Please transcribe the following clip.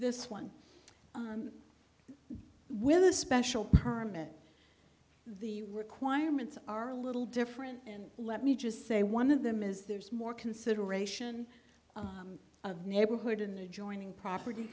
this one with the special permit the requirements are a little different and let me just say one of them is there's more consideration of neighborhood in adjoining property